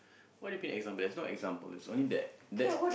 why you looking at example there's no example is only that that